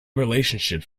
relationships